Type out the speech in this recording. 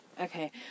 Okay